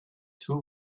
two